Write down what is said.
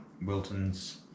Wilton's